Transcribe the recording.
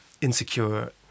insecure